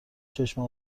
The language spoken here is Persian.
چشم